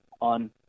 on